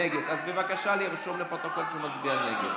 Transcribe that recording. נגד, אז בבקשה לרשום בפרוטוקול שהוא מצביע נגד.